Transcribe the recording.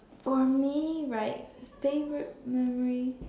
for me right favorite memory